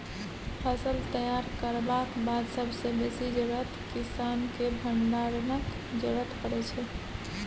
फसल तैयार करबाक बाद सबसँ बेसी जरुरत किसानकेँ भंडारणक जरुरत परै छै